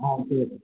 ஆ சரி